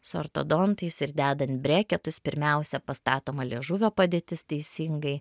su ortodontais ir dedant breketus pirmiausia pastatoma liežuvio padėtis teisingai